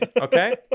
okay